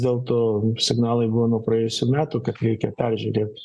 dėl to signalai buvo nuo praėjusių metų kad reikia peržiūrėt